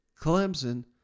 Clemson